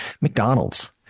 McDonald's